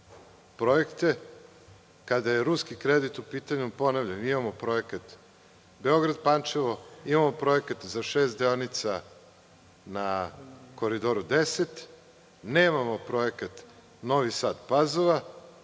projekte. Kada je ruski kredit u pitanju, ponavljam, imamo projekat Beograd-Pančevo. Imamo projekat za šest deonica na Koridoru 10. Nemamo projekat Novi Sad – Pazova